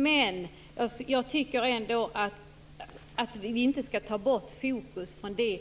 Men jag tycker ändå att vi inte skall ta bort det